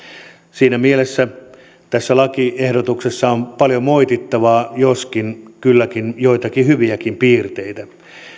siinä mielessä tässä lakiehdotuksessa on paljon moitittavaa joskin kylläkin joitakin hyviäkin piirteitä